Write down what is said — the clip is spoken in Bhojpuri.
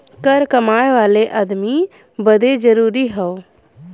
कर कमाए वाले अदमी बदे जरुरी हौ